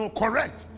correct